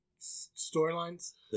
storylines